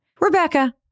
Rebecca